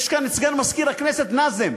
נמצא כאן סגן מזכיר הכנסת, נאזם.